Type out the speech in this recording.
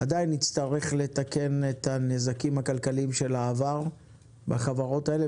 עדיין נצטרך לתקן את הנזקים הכלכליים של העבר בחברות האלה,